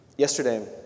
Yesterday